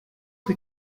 que